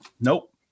Nope